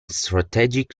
strategic